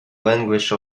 language